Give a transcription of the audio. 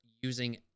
using